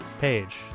page